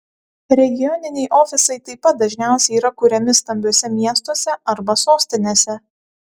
regioniniai ofisai taip pat dažniausiai yra kuriami stambiuose miestuose arba sostinėse